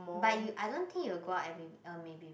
but you I don't think you will go out every week uh maybe will